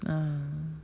ah